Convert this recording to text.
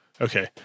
Okay